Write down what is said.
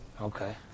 Okay